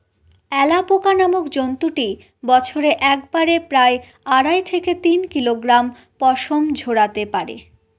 alpaca নামক জন্তুটি বছরে একবারে প্রায় আড়াই থেকে তিন কিলোগ্রাম পশম ঝোরাতে পারে